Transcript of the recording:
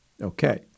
Okay